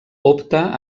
opta